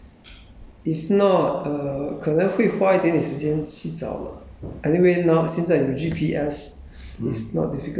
就是说 you have to know the place then 就 okay 了 if not uh 可能会花一点点时间去找 lah